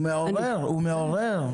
הוא מעורר, הוא מעורר.